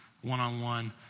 one-on-one